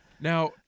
Now